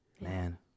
Man